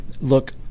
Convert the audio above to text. look